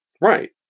Right